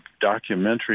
documentary